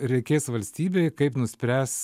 reikės valstybei kaip nuspręs